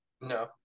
No